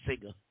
singer